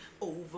over